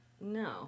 No